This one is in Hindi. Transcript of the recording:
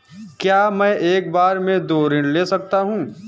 क्या मैं एक बार में दो ऋण ले सकता हूँ?